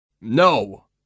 No